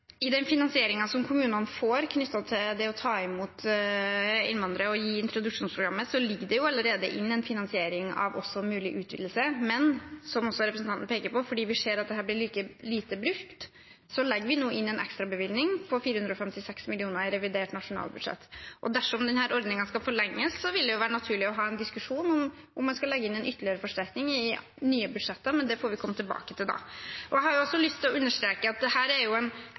I den finansieringen som kommunene får knyttet til det å ta imot innvandrere og gi introduksjonsprogrammet, ligger det allerede inne en finansiering også av mulig utvidelse. Men, som også representanten Andersen peker på, fordi vi ser at dette blir lite brukt, legger vi nå inn en ekstrabevilgning på 456 mill. kr i revidert nasjonalbudsjett. Dersom denne ordningen skal forlenges, vil det være naturlig å ha en diskusjon om en skal legge inn en ytterligere forsterkning i nye budsjetter, men det får vi komme tilbake til da. Jeg har også lyst til å understreke at dette er en ekstraordinær situasjon der kanskje mange – mer enn vanlig – er